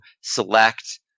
select